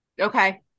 Okay